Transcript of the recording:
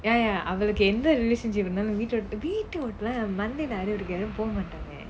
ya ya அவளுக்கு எந்த:avalukku entha relationship நாளும் வீட்டைவிட்டுலாம் வீட்டைவிட்டுலாம் மாட்டாங்க:naalum veetaivittulaam veetaivittulaam po maataanga